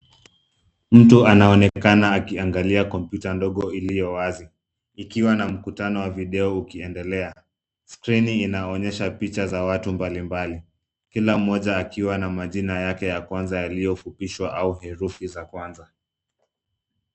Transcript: Mtu anaonekana akiangalia kompyta ndogo iliyo wazi ikiwa na mkutano wa video ukiendelea. Skrini inaonyesha picha za watu mbalimbali, kila mmoja akiwa na majina yake ya kwanza yaliyofupishwa au herufi za kwanza.